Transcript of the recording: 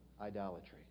idolatry